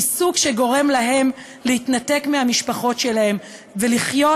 עיסוק שגורם להם להתנתק מהמשפחות שלהם ולחיות